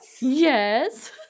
Yes